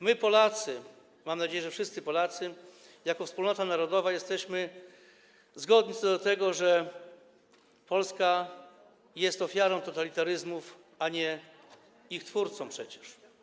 My, Polacy - mam nadzieję, że wszyscy Polacy - jako wspólnota narodowa jesteśmy zgodni co do tego, że Polska jest ofiarą totalitaryzmów, a nie ich twórcą przecież.